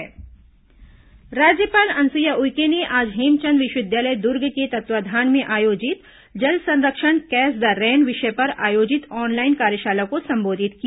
राज्यपाल कार्यशाला राज्यपाल अनुसुईया उइके ने आज हेमचंद विश्वविद्यालय दुर्ग के तत्वावधान में आयोजित जल संरक्षण कैच द रेन विषय पर आयोजित ऑनलाइन कार्यशाला को संबोधित किया